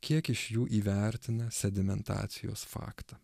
kiek iš jų įvertina sedimentacijos faktą